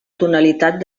tonalitat